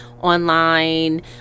online